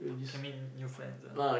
can make new friends ah